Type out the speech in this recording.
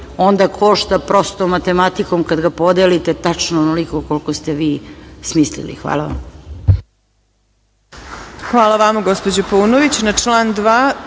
onda košta prostom matematikom kada ga podelite tačno onoliko koliko ste vi smislili. Hvala vam.